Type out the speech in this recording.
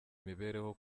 imibereho